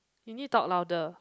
you need talk louder